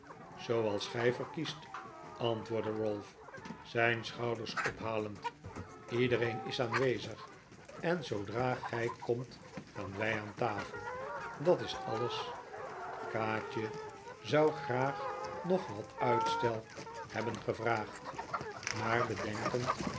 zooals gij verkiest antwoordde ralph zijn schouders ophalend iedereen is aanwezig en zoodra gij komt gaan wij aan tafel dat is alles kaatje zou graag nog wat uitstel hebben gevraagd maar bedenkend